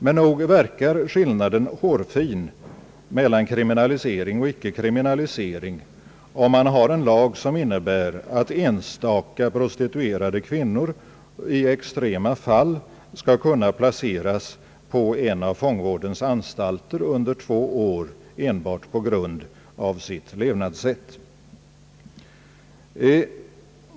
Men nog verkar skillnaden hårfin mellan kriminalisering och icke kriminalisering med en lag som innebär att enstaka prostituerade kvinnor i extrema fall skall kunna placeras på en av fångvårdens anstalter under två år, enbart på grund av sitt levnadssätt.